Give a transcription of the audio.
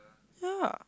ya